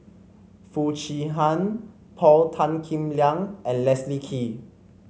Foo Chee Han Paul Tan Kim Liang and Leslie Kee